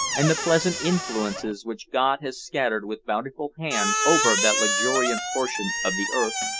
and the pleasant influences which god has scattered with bountiful hand over that luxuriant portion of the earth,